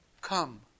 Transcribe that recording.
come